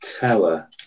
tower